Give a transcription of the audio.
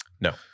No